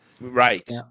Right